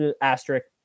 asterisk